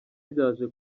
ryaje